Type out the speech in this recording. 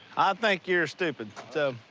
think you're stupid,